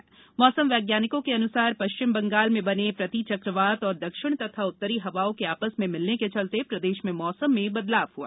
मौसम विज्ञान केन्द्र भोपाल के वैज्ञानिकों के अनुसार पश्चिम बंगाल में बने प्रति चक्रवात और दक्षिण तथा उत्तरी हवाओं के आपस में मिलने के चलते प्रदेश में मौसम में बदलाव हआ